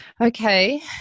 okay